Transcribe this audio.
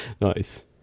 Nice